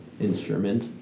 instrument